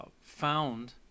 found